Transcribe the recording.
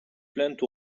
plainte